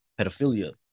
pedophilia